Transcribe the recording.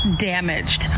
damaged